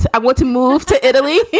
i want to move to italy yeah